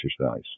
exercise